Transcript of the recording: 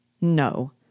No